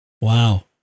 Wow